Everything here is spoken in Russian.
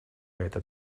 этот